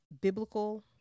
biblical